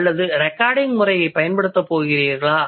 அல்லது ரெகார்டிங் முறையைப் பயன்படுத்தப் போகிறீர்களா